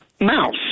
Mouse